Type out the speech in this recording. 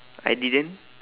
I didn't